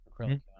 Acrylic